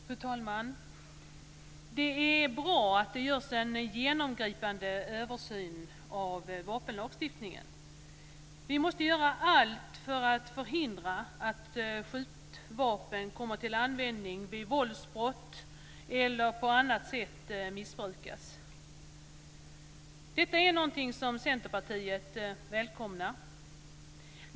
Fru talman! Det är bra att det görs en genomgripande översyn av vapenlagstiftningen. Vi måste göra allt för att förhindra att skjutvapen kommer till användning vid våldsbrott eller på annat sätt missbrukas. Detta är något som Centerpartiet välkomnar.